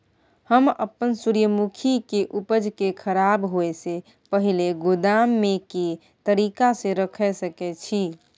हम अपन सूर्यमुखी के उपज के खराब होयसे पहिले गोदाम में के तरीका से रयख सके छी?